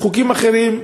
חוקים אחרים,